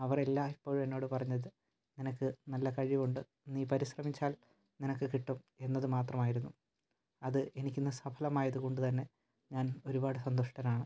അവരെല്ലായ്പ്പോഴും എന്നോട് പറഞ്ഞത് നിനക്ക് നല്ല കഴിവുണ്ട് നീ പരിശ്രമിച്ചാൽ നിനക്ക് കിട്ടും എന്നത് മാത്രമായിരുന്നു അത് എനിക്കിന്ന് സഫലമായത് കൊണ്ട് തന്നെ ഞാൻ ഒരുപാട് സന്തുഷ്ടനാണ്